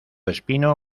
espino